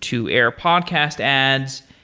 to air podcast ads,